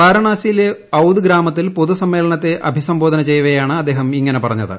വാരണാസിയിലെ ഔദ് ഗ്രാമത്തിൽ പൊതുസമ്മേള്നത്തെ അഭിസംബോധന ചെയ്യവേയാണ് അദ്ദേഹം ശ്രജ്ങ്ങനെ പറഞ്ഞത്